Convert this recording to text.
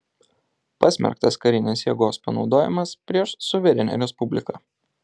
pasmerktas karinės jėgos panaudojimas prieš suverenią respubliką